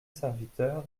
serviteur